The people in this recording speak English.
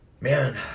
man